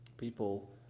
People